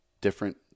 different